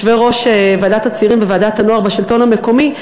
יושבי-ראש ועדת הצעירים וועדת הנוער בשלטון במקומי.